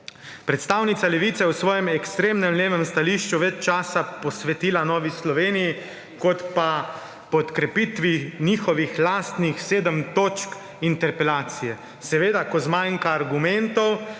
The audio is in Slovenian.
Predstavnica Levice v svojem ekstremnem levem stališču več časa posvetila Novi Sloveniji kot pa podkrepitvi njihovih lastnih sedmih točk interpelacije. Seveda, ko zmanjka argumentov,